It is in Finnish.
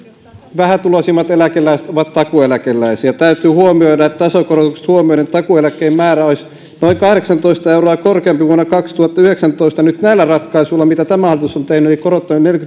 vähätuloisimmat eläkeläiset ovat takuueläkeläisiä täytyy huomioida että tasokorotukset huomioiden takuueläkkeen määrä olisi noin kahdeksantoista euroa korkeampi vuonna kaksituhattayhdeksäntoista nyt näillä ratkaisuilla mitä tämä hallitus on tehnyt eli korottanut